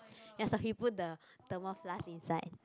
ya so he put the thermos flask inside